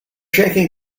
shaking